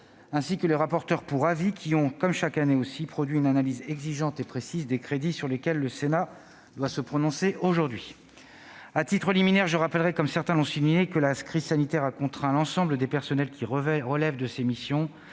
ainsi que par les rapporteurs pour avis, qui ont, comme chaque année, produit une analyse exigeante et précise des crédits sur lesquels le Sénat doit se prononcer aujourd'hui. À titre liminaire, je rappellerai, comme certains l'ont déjà souligné, que la crise sanitaire a obligé l'ensemble des personnels relevant des missions